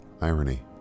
irony